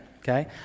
okay